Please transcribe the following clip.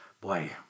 boy